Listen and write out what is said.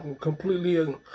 completely